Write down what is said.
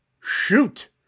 shoot